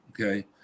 okay